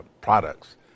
products